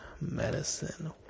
medicine